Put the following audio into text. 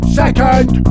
second